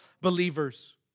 believers